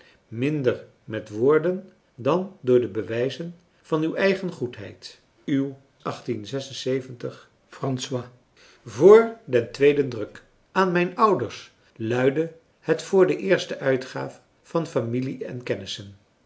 minder met woorden dan door de bewijzen van uw eigen goedheid uw françois haverschmidt familie en kennissen voor den tweeden druk aan mijn ouders luidde het voor de eerste uitgaaf van familie en kennissen